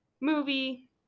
movie